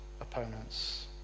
opponents